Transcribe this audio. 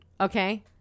Okay